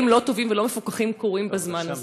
לא טובים ולא מפוקחים קורים בזמן הזה.